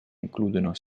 includono